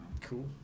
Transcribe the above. cool